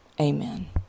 Amen